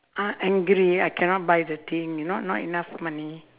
ah angry I cannot buy the thing you not not enough money